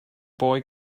boy